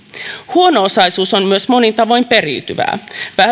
huono osaisuus on myös monin tavoin periytyvää